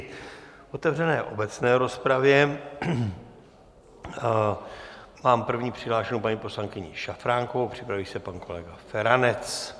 V otevřené obecné rozpravě mám první přihlášenou paní poslankyni Šafránkovou, připraví se pan kolega Feranec.